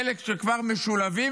אלה שכבר משולבים,